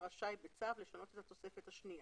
רשאי בצו לשנות את התוספת השנייה.